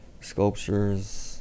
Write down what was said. sculptures